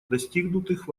достигнутых